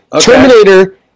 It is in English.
Terminator